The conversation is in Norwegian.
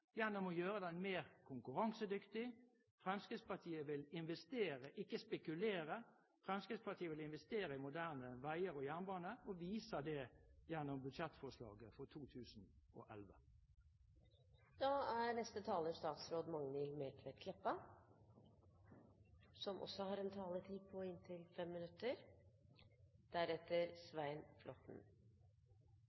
gjennom å gjøre den mer konkurransedyktig. Fremskrittspartiet vil investere, ikke spekulere. Fremskrittspartiet vil investere i moderne veier og jernbane og viser det gjennom budsjettforslaget for 2011. Eg reiser mykje rundt i landet. Eg treffer mange folk som på ulike vis er involverte i den satsinga som no skjer på samferdsel. Prosjekt som lokalbefolkninga har